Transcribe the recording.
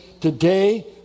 today